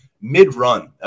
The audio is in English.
mid-run